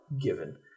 given